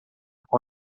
com